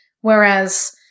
Whereas